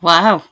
Wow